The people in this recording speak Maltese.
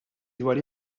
dwar